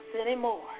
anymore